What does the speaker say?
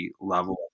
level